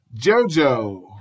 JoJo